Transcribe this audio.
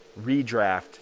redraft